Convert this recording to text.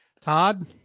Todd